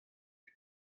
but